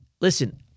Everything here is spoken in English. listen